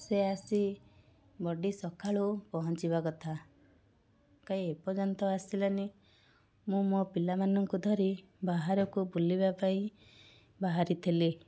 ସେ ଆସି ବଡ଼ି ସକାଳୁ ପହଞ୍ଚିବା କଥା କାଇଁ ଏପର୍ଯ୍ୟନ୍ତ ଆସିଲାନି ମୁଁ ମୋ ପିଲାମାନଙ୍କୁ ଧରି ବାହାରକୁ ବୁଲିବା ପାଇଁ ବାହାରିଥିଲି